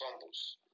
fumbles